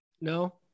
no